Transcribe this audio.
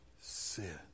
sin